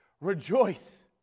rejoice